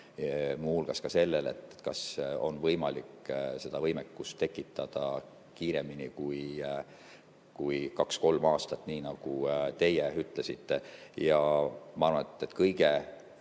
hulgas sellele, kas on võimalik seda võimekust tekitada kiiremini kui kaks-kolm aastat, nii nagu teie ütlesite. Ma arvan, et üks kõige